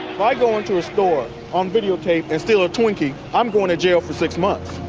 i go into a store on videotape and steal a twinkie, i'm going to jail for six months,